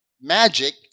magic